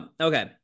okay